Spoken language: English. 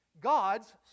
God's